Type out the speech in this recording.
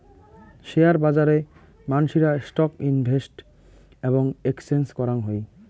share বাজারে মানসিরা stock invest এবং এক্সচেঞ্জ করাং হই